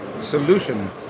solution